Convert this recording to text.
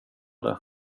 det